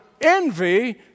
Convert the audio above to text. envy